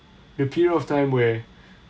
the period of time where